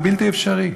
זה בלתי אפשרי.